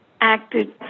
acted